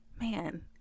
man